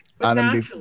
Adam